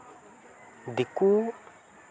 ᱫᱤᱠᱩ